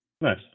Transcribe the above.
Nice